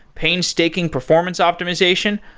painstaking performance optimization,